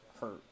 hurt